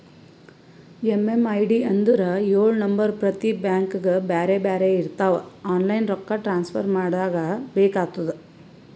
MMID ಅಂದುರ್ ಎಳು number ಪ್ರತಿ ಬ್ಯಾಂಕ್ಗ ಬ್ಯಾರೆ ಬ್ಯಾರೆ ಇರ್ತಾವ್ ಆನ್ಲೈನ್ ರೊಕ್ಕಾ ಟ್ರಾನ್ಸಫರ್ ಮಾಡಾಗ ಬೇಕ್ ಆತುದ